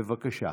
בבקשה.